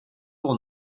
pour